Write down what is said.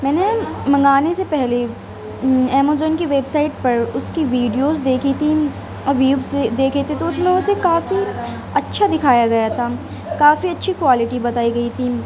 میں نے منگانے سے پہلے ہی امیزون کی ویب سائٹ پر اس کی ویڈیوز دیکھی تھیں ریویوز دیکھے تھے تو اس میں اسے کافی اچّھا دکھایا گیا تھا کافی اچّھی کوالیٹی بتائی گئی تھی